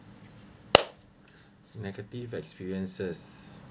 negative experiences